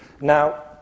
Now